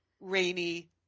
rainy